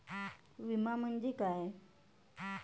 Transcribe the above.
विमा म्हणजे काय?